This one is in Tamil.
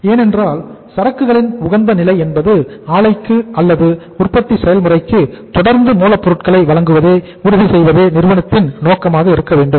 ஏனென்றால் சரக்குகளின் உகந்த நிலை என்பது ஆலைக்கு அல்லது உற்பத்தி செயல்முறைக்கு தொடர்ந்து மூலப்பொருட்களை வழங்குவதை உறுதி செய்வதே நிறுவனத்தின் நோக்கமாக இருக்க வேண்டும்